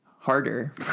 harder